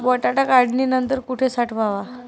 बटाटा काढणी नंतर कुठे साठवावा?